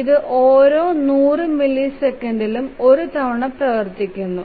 ഇത് ഓരോ 100 മില്ലിസെക്കൻഡിലും ഒരു തവണ പ്രവർത്തിക്കുന്നു